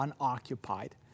unoccupied